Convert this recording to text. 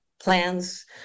plans